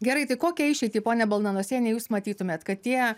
gerai tai kokią išeitį pone balnanosiene jūs matytumėt kad tie